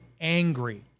angry